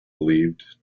believed